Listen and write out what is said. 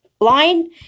line